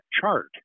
chart